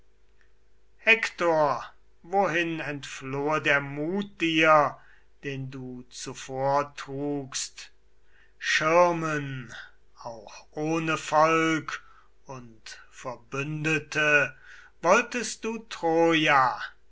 hektor wohin entflohe der mut dir den du zuvor trugst schirmen auch ohne volk und verbündete wolltest du troja